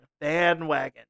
bandwagon